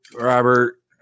Robert